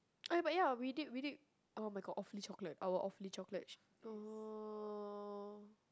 eh but ya we did we did [oh]-my-god Awfully-Chocolate our Awfully-Chocolate !aww!